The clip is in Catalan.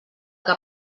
que